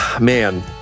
Man